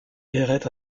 erraient